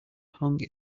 hung